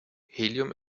helium